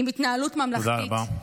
עם התנהלות ממלכתית, תודה רבה.